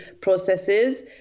processes